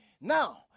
Now